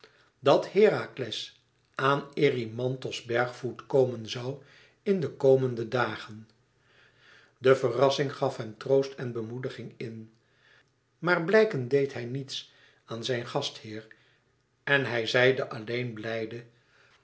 dat herakles aan erymanthos bergvoet komen zoû in de komende dagen de verrassing gaf hem troost en bemoediging in maar blijken deed hij niets aan zijn gastheer en hij zeide alleen blij